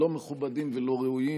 לא מכובדים ולא ראויים.